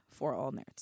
forallnerds